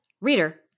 Reader